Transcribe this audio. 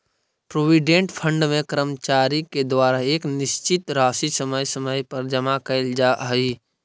provident fund में कर्मचारि के द्वारा एक निश्चित राशि समय समय पर जमा कैल जा हई